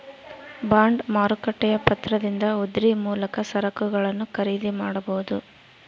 bond ಮಾರುಕಟ್ಟೆಯ ಪತ್ರದಿಂದ ಉದ್ರಿ ಮೂಲಕ ಸರಕುಗಳನ್ನು ಖರೀದಿ ಮಾಡಬೊದು